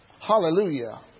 Hallelujah